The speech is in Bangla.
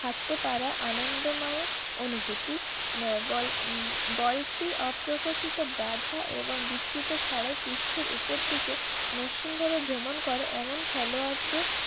হাঁটতে পাড়া আনন্দময় অনুভূতি বলটি অপ্রকাশিত বাধা এবং বিচ্যুত ছাড়াই পৃষ্ঠের উপর থেকে মসৃণভাবে ভ্রমণ করে এমন খেলোয়াড়দের